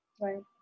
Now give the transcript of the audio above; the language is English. Right